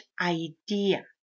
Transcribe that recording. idea